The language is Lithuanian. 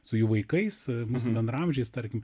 su jų vaikais mūsų bendraamžiais tarkim